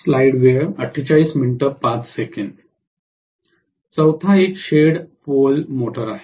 चौथा एक shed pole motor आहे